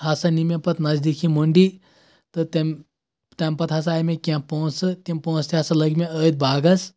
ہسا نیٖی مےٚ پتہٕ نزدیٖکی مٔنٛڑی تہٕ تٔمۍ تمہِ پتہٕ ہسا آیہِ مےٚ کی کینٛہہ پۄنٛسہٕ تِم پۄنٛسہٕ تہِ ہسا لٔگۍ مےٚ أتھۍ باغس